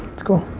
it's cool.